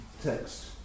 text